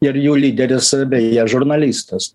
ir jų lyderis beje žurnalistas